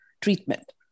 treatment